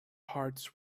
hearts